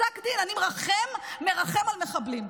פסק דין, אני מרחם על מחבלים.